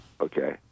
Okay